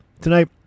tonight